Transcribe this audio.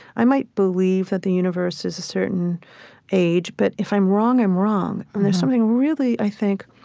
i might believe that the universe is a certain age, but if i'm wrong, i'm wrong and there's something really, i think,